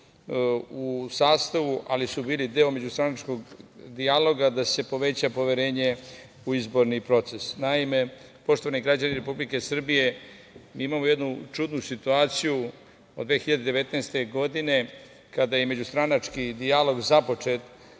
u sastavu, ali su bili deo međustranačkog dijaloga, da se poveća poverenje u izborni proces. Naime, poštovani građani Republike Srbije, mi imamo jednu čudnu situaciju od 2019. godine kada je međustranački dijalog započet